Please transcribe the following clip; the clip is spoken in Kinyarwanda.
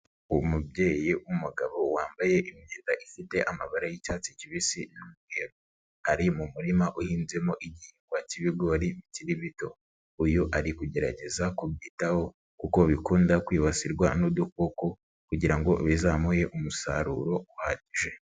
Umubyeyi w'umugabo wambaye imyenda ifite amabara y'icyatsi kibisi n'umweru, ari mu murima uhinzemo igihingwa cy'ibigori bikiri bito, uyu ari kugerageza kubyitaho kuko bikunda kwibasirwa n'udukoko kugira ngo bizamuhe umusaruro uhagije.